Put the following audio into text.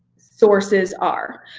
sources are.